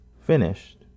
finished